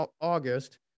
August